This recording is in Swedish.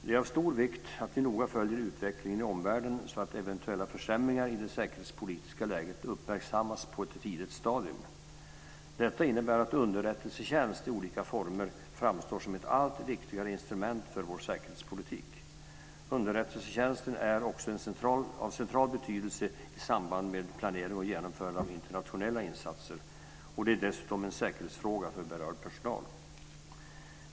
Det är av stor vikt att vi noga följer utvecklingen i omvärlden, så att eventuella försämringar i det säkerhetspolitiska läget uppmärksammas på ett tidigt stadium. Detta innebär att underrättelsetjänst i olika former framstår som ett allt viktigare instrument för vår säkerhetspolitik. Underrättelsetjänsten är också av central betydelse i samband med planering och genomförande av internationella insatser. Det är dessutom en säkerhetsfråga för berörd personal.